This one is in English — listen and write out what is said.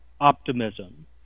optimism